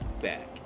back